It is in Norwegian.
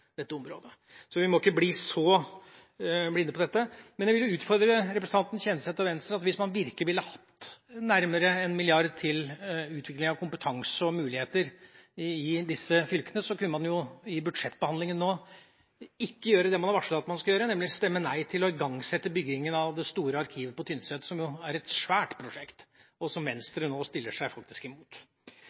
dette området. Så vi må ikke se oss blinde på dette. Jeg vil utfordre representanten Kjenseth og Venstre: Hvis man virkelig ville hatt nærmere 1 mrd. kr til utvikling av kompetanse og muligheter i disse fylkene, kunne man jo under budsjettbehandlingen nå ikke gjøre det man har varslet at man vil gjøre, nemlig stemme nei til å igangsette byggingen av det store arkivet på Tynset, som er et stort prosjekt, og som Venstre nå faktisk går imot.